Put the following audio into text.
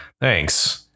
Thanks